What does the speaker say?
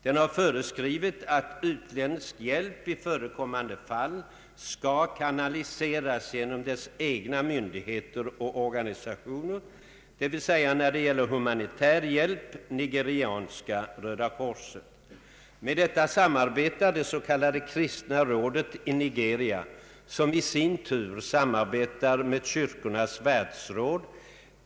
Den har föreskrivit att utländsk hjälp i förekommande fall skall kanaliseras genom dess egna myndigheter och organisationer, d.v.s. när det gäller humanitär hjälp Nigerianska röda korset. Med detta samarbetar det s.k. Kristna rådet i Nigeria, som i sin tur samarbetar med Kyrkornas världsråd.